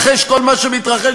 ז'בוטינסקי היה אומר מה שאתה אומר?